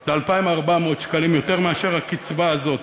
זה 2,400 שקלים, יותר מאשר הקצבה הזאת.